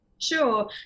Sure